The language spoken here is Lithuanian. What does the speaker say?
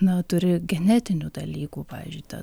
na turi genetinių dalykų pavyzdžiui ten